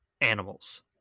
animals